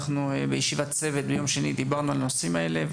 בישיבת הצוות ביום שני דיברנו על הנושאים האלה,